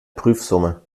prüfsumme